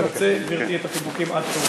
נמצה, גברתי, את החיבוקים עד,